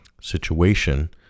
situation